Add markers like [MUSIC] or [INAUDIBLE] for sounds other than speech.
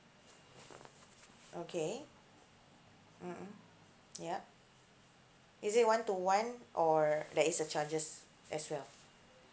okay mm mm [NOISE] ya is it one to one or there is a charges as well